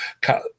cut